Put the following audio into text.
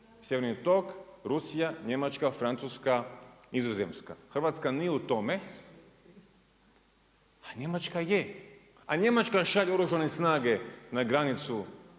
sjeverni tok, Rusija, Njemačka, Francuska, Nizozemska. Hrvatska nije u tome, a Njemačka je. A Njemačka šalje na granicu,